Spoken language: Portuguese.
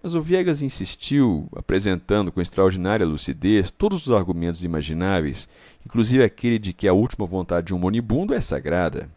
mas o viegas insistiu apresentando com extraordinária lucidez todos os argumentos imagináveis inclusive aquele de que a última vontade de um moribundo é sagrada